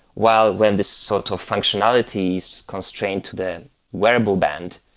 while when this sort of functionality is constrained to the wearable band,